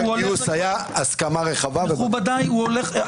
הערת ביניים זה משפט.